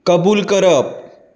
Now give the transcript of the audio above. कबूल करप